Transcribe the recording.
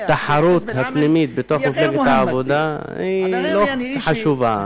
התחרות הפנימית בתוך מפלגת העבודה לא חשובה,